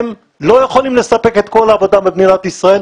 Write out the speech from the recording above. הם לא יכולים לספק את כל העבודה במדינת ישראל,